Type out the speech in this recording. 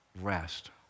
Rest